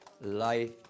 Life